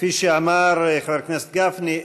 כפי אמר חבר הכנסת גפני,